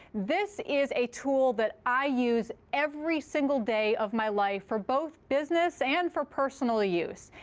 this is a tool that i use every single day of my life for both business and for personal use.